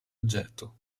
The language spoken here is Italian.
oggetto